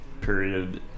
period